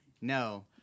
No